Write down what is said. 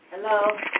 Hello